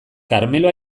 karmelo